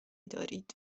دارید